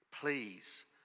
Please